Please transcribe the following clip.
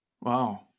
Wow